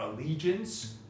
allegiance